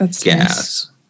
gas